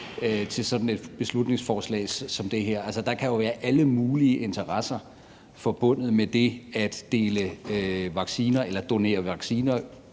til sådan et beslutningsforslag som det her? Altså, der kan jo være alle mulige interesser forbundet med det at dele vacciner eller donere vacciner